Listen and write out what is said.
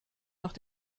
nach